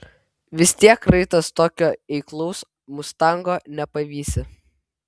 vis tiek raitas tokio eiklaus mustango nepavysi